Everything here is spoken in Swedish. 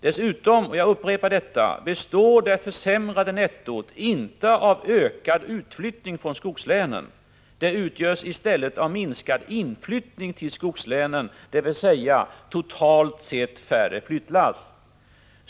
Dessutom — jag upprepar detta — beror inte försämringen av nettot på en ökad utflyttning från skogslänen. Den beror i stället på en minskning av inflyttningen till skogslänen, dvs. totalt sett färre flyttlass.